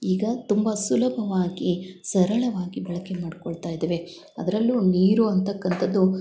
ಈಗ ತುಂಬ ಸುಲಭವಾಗಿ ಸರಳವಾಗಿ ಬಳಕೆ ಮಾಡಿಕೊಳ್ತಾ ಇದ್ದೇವೆ ಅದರಲ್ಲೂ ನೀರು ಅಂತಕ್ಕಂಥದ್ದು